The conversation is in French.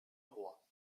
roi